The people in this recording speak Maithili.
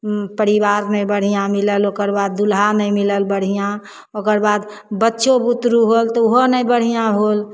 परिबार नहि बढ़िआँ मिलल ओकरबाद दुल्हा नहि मिलल बढ़िआँ ओकरबाद बच्चो बुतरु होएल तऽ ओहो नहि बढ़िआँ होएल